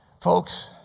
Folks